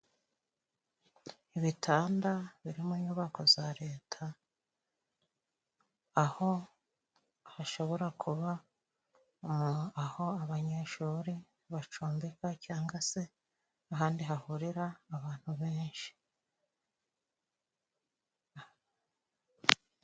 Ibitanda biri mU nyubako za Leta, aho hashobora kuba aho abanyeshuri bacumbika cyanga se ahandi hahurira abantu benshi.